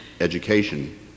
education